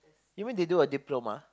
even they do a diploma